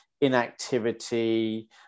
inactivity